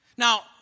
Now